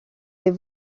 les